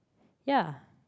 ya